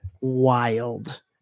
wild